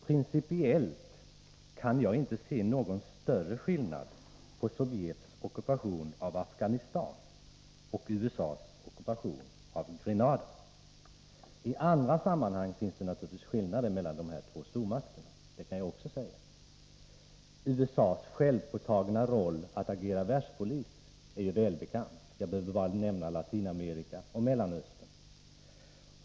Principiellt kan jag inte se någon större skillnad mellan Sovjets ockupation av Afghanistan och USA:s ockupation av Grenada. I andra sammanhang finns det naturligtvis skillnader mellan dessa båda stormakter — det kan jag också säga. USA:s självpåtagna roll att agera världspolis är välbekant. Jag behöver bara nämna Latinamerika och Mellanöstern.